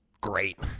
great